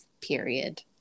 period